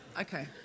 Okay